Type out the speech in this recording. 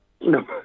No